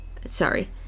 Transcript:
Sorry